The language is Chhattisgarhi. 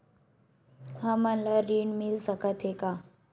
हमन ला ऋण मिल सकत हे का?